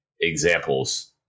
examples